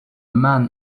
man